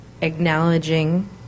acknowledging